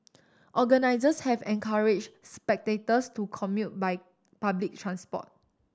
organisers have encouraged spectators to commute by public transport